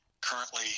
currently